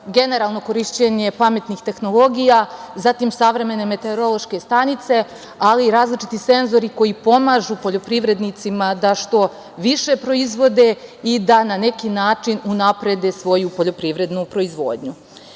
generalno korišćenje pametnih tehnologija, zatim savremene meteorološke stanice, ali i različiti senzori koji pomažu poljoprivrednicima da što više proizvode i da na neki način unaprede svoju poljoprivrednu proizvodnju. Samim